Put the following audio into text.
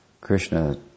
Krishna